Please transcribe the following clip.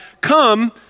come